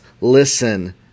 listen